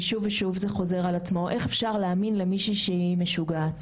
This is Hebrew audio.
וזה חוזר על עצמו שוב ושוב: איך אפשר להאמין למישהי שהיא משוגעת.